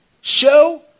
Show